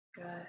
Good